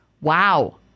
wow